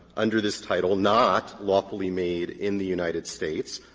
under this title, not lawfully made in the united states.